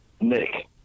Nick